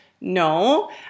no